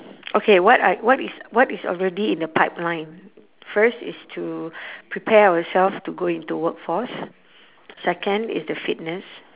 okay what are what is what is already in the pipeline first is to prepare ourself to go into workforce second is the fitness